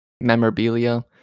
memorabilia